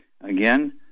again